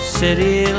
city